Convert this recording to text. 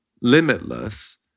limitless